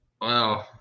Wow